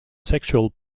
sexual